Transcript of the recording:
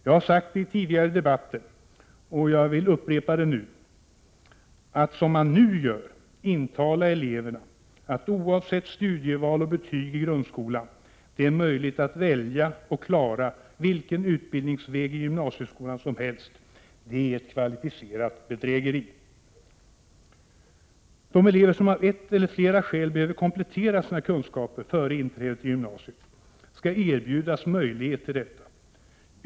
Jag har sagt i tidigare debatter, och jag vill upprepa det nu, att som man nu gör intala eleverna att, oavsett studieval och betyg i grundskolan, det är möjligt att välja och klara vilken utbildningsväg i gymnasieskolan som helst, är ett kvalificerat bedrägeri. De elever som av ett eller flera skäl behöver komplettera sina kunskaper före inträdet i gymnasieskolan skall erbjudas möjlighet till detta.